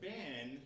Ben